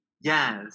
Yes